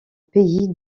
pays